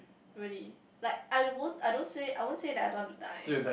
really like I won't I don't say I won't say that I don't want to die